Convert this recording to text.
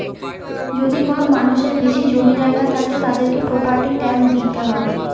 যদি কোনো মানুষের বেশি জমি জায়গা থাকে, তাদেরকে প্রপার্টি ট্যাক্স দিইতে হয়